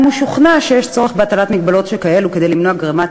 אם הוא שוכנע שיש צורך בהטלת הגבלות כאלה כדי למנוע גרימת